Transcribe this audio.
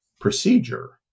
procedure